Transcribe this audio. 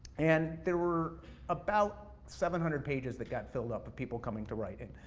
and there were about seven hundred pages that got filled up, of people coming to write in.